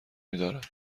میدارد